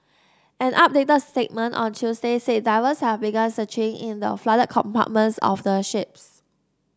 an updated statement on Tuesday said divers have begun searching in the flooded compartments of the ships